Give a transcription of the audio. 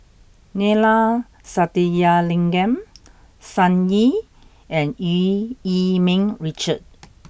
Neila Sathyalingam Sun Yee and Eu Yee Ming Richard